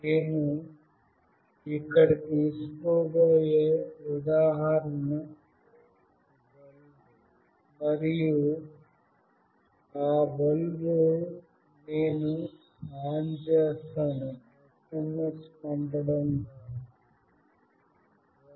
నేను ఇక్కడ తీసుకోబోయే ఉదాహరణ బల్బ్ మరియు ఆ బల్బ్ నేను ఆన్ చేస్తాను SMS పంపడం ద్వారా